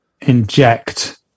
inject